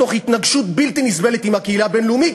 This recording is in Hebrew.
תוך התנגשות בלתי נסבלת עם הקהילה הבין-לאומית